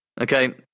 Okay